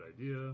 idea